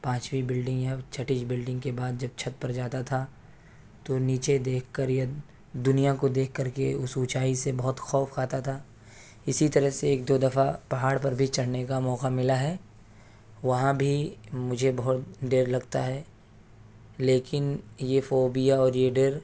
پانچویں بلڈنگ یا چھٹی بلڈنگ کے بعد جب چھت پر جاتا تھا تو نیچے دیکھ کر یا دنیا کو دیکھ کر کے اس اونچائی سے بہت خوف کھاتا تھا اسی طرح سے ایک دو دفعہ پہاڑ پر بھی چڑھنے کا موقعہ ملا ہے وہاں بھی مجھے بہت ڈر لگتا ہے لیکن یہ فوبیا اور یہ ڈر